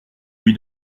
lui